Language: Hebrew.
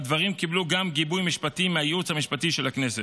והדברים קיבלו גם גיבוי משפטי מהייעוץ המשפטי של הכנסת.